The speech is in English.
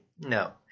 no